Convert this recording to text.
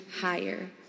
higher